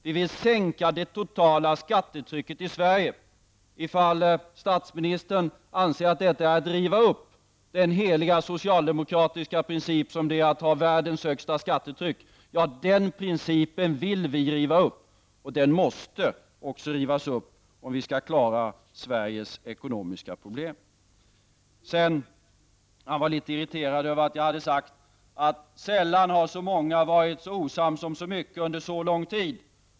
Vi vill sänka det totala skattetrycket i Sverige. Ifall statsministern anser att detta är att riva upp den heliga socialdemokratiska principen om att ha världens högsta skattetryck vill jag säga: Ja, den principen vill vi riva upp, och den måste också rivas upp, om vi skall klara Sveriges ekonomiska problem. Statsministern var vidare litet irriterad över att jag om socialdemokratin sade: Sällan har så många varit så osams om så mycket under så lång tid.